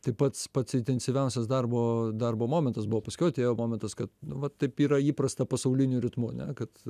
tai pats pats intensyviausias darbo darbo momentas buvo paskiau atėjo momentas kad va taip yra įprasta pasauliniu ritmu kad